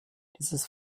dieses